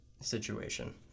situation